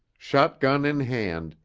shotgun in hand,